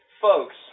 Folks